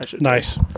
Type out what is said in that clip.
Nice